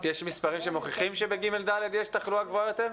יש מספרים שמוכיחים שבכיתות ג'-ד' יש תחלואה גבוהה יותר?